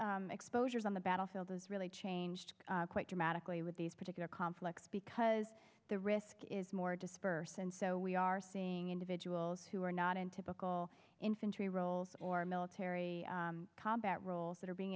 exposures on the battlefield has really changed quite dramatically with these particular conflicts because the risk is more dispersed and so we are seeing individuals who are not in typical infantry roles or military combat roles that are being